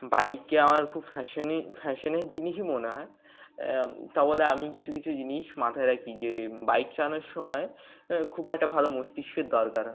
বাইককে আমার খুব ফ্যাশান ফ্যাশানের জিনিসই মনে হয় তা বলে আমি কিছু কিছু জিনিস মাথায় রাখি যে বাইক চালানোর সময় খুব একটা ভালো মস্তিষ্কের দরকার হয়